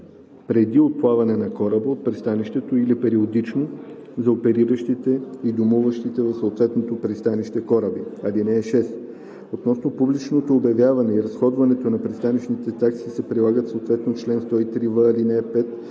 преди отплаването на кораба от пристанището или периодично – за опериращите и домуващите в съответното пристанище кораби. (6) Относно публичното обявяване и разходването на пристанищните такси се прилагат съответно чл. 103в, ал. 5,